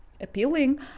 appealing